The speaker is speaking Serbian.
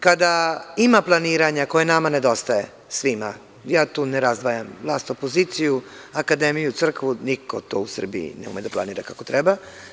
Kada ima planiranja koje nama nedostaje svima, ja tu ne razdvajam vlast i opoziciju, akademiju, crkvu, niko to u Srbiji ne ume da planira kako treba.